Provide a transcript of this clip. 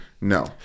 No